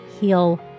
heal